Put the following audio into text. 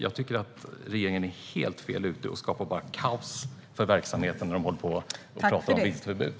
Jag tycker att regeringen är helt fel ute och bara skapar kaos för verksamheten när man talar om driftsförbud.